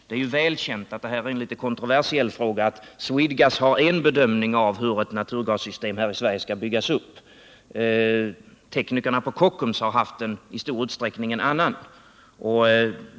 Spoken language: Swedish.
Det är ju väl känt att detta är en litet kontroversiell fråga och att Swedegas har en bedömning av hur ett naturgassystem här i Sverige skall byggas upp medan teknikerna på Kockums i stor utsträckning har haft en annan.